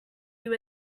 you